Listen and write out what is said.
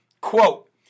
quote